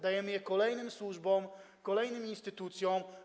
Dajemy je kolejnym służbom, kolejnym instytucjom.